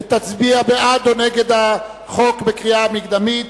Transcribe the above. ותצביע בעד או נגד החוק בקריאה מקדמית.